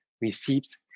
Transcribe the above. receipts